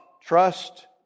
trust